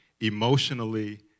emotionally